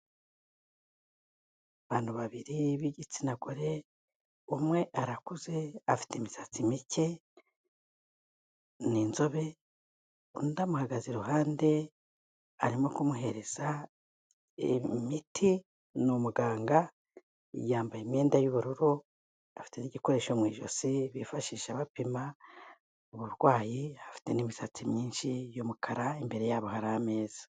Abantu babiri b'igitsina gore, umwe arakuze afite imisatsi mike, ni inzobe, undi amuhagaze iruhande arimo kumuhereza imiti, ni umuganga yambaye imyenda y'ubururu afite igikoresho mu ijosi bifashisha bapima uburwayi, afite n'imisatsi myinshi y'umukara imbere yabo hari ameza.